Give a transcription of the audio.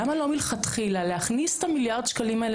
למה לא מלכתחילה להכניס את המיליארד שקלים האלה